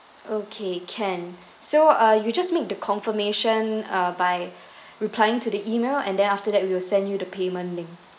okay can so uh you just make the confirmation uh by replying to the email and then after that we will send you the payment link